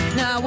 Now